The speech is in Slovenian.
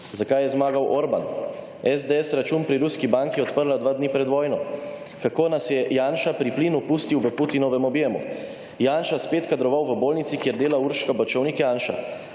Zakaj je zmagal Orbán? SDS račun pri ruski banki odprla dva dni pred vojno. Kako nas je Janša pri plinu pustil v Putinovem objemu. Janša spet kadroval v bolnici, kjer dela Urška Bačovnik Janša.